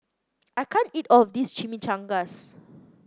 I can't eat all of this Chimichangas